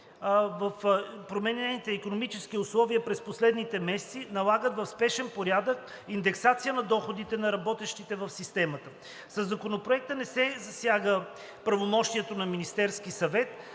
че променените икономически условия през последните месеци налагат в спешен порядък индексация на доходите на работещите в системата. Със Законопроекта не се засяга правомощието на Министерския съвет,